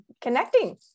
connecting